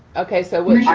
okay, so,